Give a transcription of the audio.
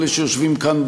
אלה שיושבים כאן,